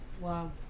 Wow